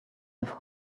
have